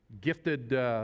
gifted